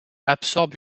absorbe